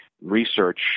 research